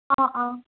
অঁ অঁ